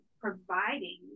providing